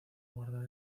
guardar